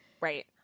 right